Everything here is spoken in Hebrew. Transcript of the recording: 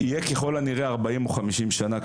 יהיה ככל הנראה 40 או 50 שנה,